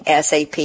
SAP